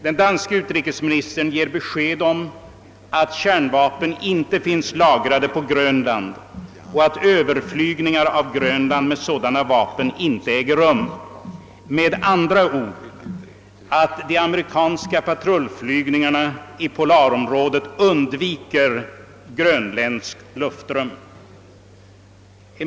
Den danske utrikesministern ger besked om att kärnvapen inte finns lagrade på Grönland och att överflygningar av Grönland med sådana vapen inte äger rum, d. v. s. att de amerikanska patrullflygningarna i polarområdet undviker grönländskt luftrum.